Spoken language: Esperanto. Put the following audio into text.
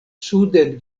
suden